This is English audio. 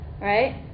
right